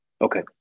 Okay